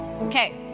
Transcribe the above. Okay